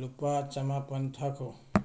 ꯂꯨꯄꯥ ꯆꯃꯥꯄꯜ ꯊꯥꯈꯣ